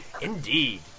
Indeed